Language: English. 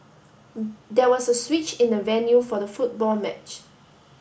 there was a switch in the venue for the football match